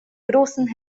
großen